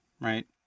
right